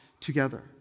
together